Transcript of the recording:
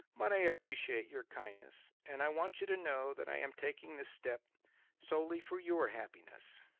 but i appreciate your kindness, and i want you to know that i am taking this step solely for your happiness.